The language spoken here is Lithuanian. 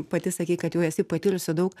pati sakei kad jau esi patyrusi daug